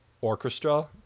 orchestra